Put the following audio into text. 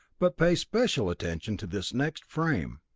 but pay special attention to this next frame.